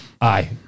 Aye